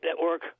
Network